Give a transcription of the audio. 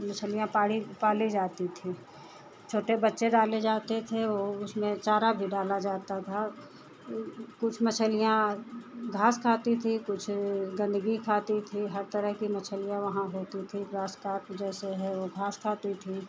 मछलियाँ पाड़ी पाली जाती थीं छोटे बच्चे डाले जाते थे वह उसमें चारा भी डाला जाता था कुछ मछलियाँ घास खाती थीं कुछ गन्दगी खाती थीं हर तरह की मछलियाँ वहाँ होती थीं जैसे है वह घास खाती थी